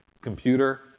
computer